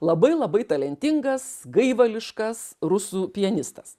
labai labai talentingas gaivališkas rusų pianistas